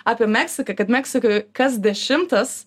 apie meksiką kad meksikoj kas dešimtas